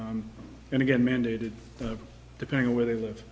and again mandated depending on where they live